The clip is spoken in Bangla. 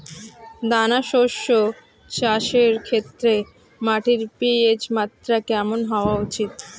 দানা শস্য চাষের ক্ষেত্রে মাটির পি.এইচ মাত্রা কেমন হওয়া উচিৎ?